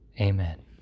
Amen